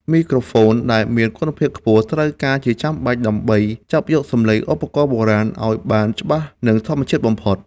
មីក្រូហ្វូនដែលមានគុណភាពខ្ពស់ ត្រូវការជាចាំបាច់ដើម្បីចាប់យកសំឡេងឧបករណ៍បុរាណឱ្យបានច្បាស់ និងធម្មជាតិបំផុត។